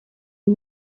uyu